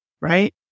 right